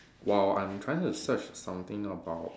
while I'm trying to search something about